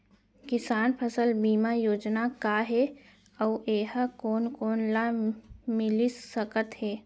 किसान फसल बीमा योजना का हे अऊ ए हा कोन कोन ला मिलिस सकत हे?